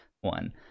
one